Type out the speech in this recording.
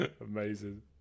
Amazing